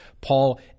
paul